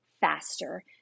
faster